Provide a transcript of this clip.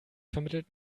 vermittelt